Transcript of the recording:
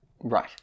Right